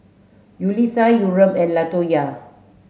Yulisa Yurem and Latonya